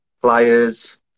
players